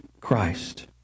Christ